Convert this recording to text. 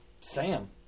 Sam